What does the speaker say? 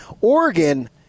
Oregon